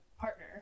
partner